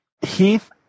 Heath